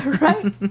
Right